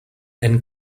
and